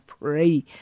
pray